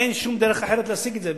אין שום דרך אחרת להשיג את זה,